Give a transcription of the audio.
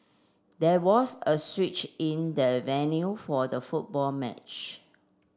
there was a switch in the venue for the football match